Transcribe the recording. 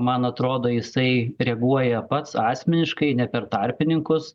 man atrodo jisai reaguoja pats asmeniškai ne per tarpininkus